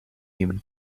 human